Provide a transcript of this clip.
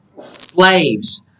Slaves